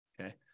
Okay